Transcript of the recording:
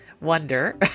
wonder